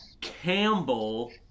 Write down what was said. Campbell